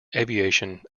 aviation